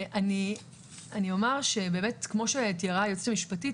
אומר שבאמת כמו שתיארה היועצת המשפטית,